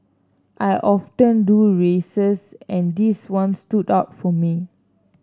I often do races and this one stood out for me